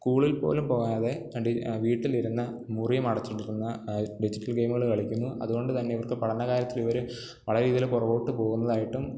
സ്കൂളിൽപ്പോലും പോകാതെ കണ്ട് വീട്ടിലിരുന്നു മുറിയുമടച്ചിട്ടിരുന്നു ഡിജിറ്റൽ ഗെയിമുകൾ കളിക്കുന്നു അതുകൊണ്ടുതന്നെ ഇവർക്ക് പഠനകാര്യത്തിൽ ഇവർ പല രീതിയിൽ പുറകോട്ടു പോകുന്നതായിട്ടും